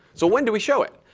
so when do we show it?